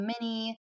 mini